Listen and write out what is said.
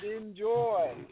enjoy